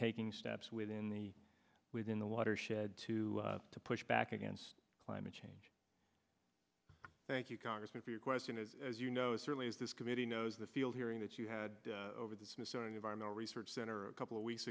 taking steps within the within the watershed to push back against climate change thank you congressman for your question is as you know certainly as this committee knows the field hearing that you had over the smithsonian environmental research center a couple of weeks